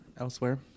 elsewhere